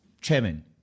chairman